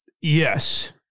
Yes